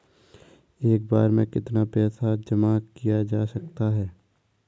एक बार में कितना पैसा जमा किया जा सकता है?